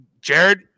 Jared